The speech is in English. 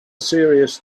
serious